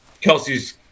Kelsey's